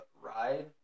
ride